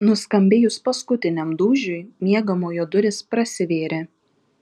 nuskambėjus paskutiniam dūžiui miegamojo durys prasivėrė